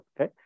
okay